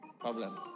problem